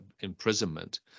imprisonment